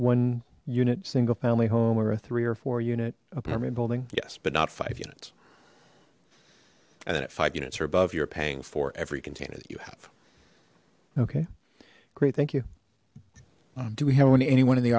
one unit single family home or a three or four unit apartment building yes but not five units and then at five units are above you're paying for every container that you have ok great thank you do we have any anyone in the